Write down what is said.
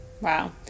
Wow